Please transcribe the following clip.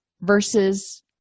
versus